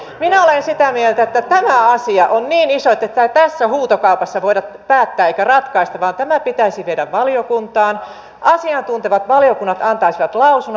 minä olen sitä mieltä että tämä asia on niin iso että tätä ei tässä huutokaupassa voida päättää eikä ratkaista vaan tämä pitäisi viedä valiokuntaan asiantuntevat valiokunnat antaisivat lausunnon